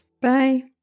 bye